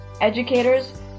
educators